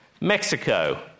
Mexico